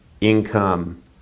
income